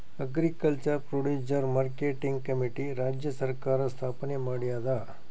agriculture producer marketing committee ರಾಜ್ಯ ಸರ್ಕಾರ್ ಸ್ಥಾಪನೆ ಮಾಡ್ಯಾದ